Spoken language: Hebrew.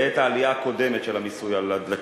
בעת העלייה הקודמת של המיסוי על הדלקים,